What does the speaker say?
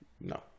No